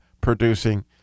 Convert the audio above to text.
producing